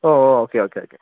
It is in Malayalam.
oh okay okay okay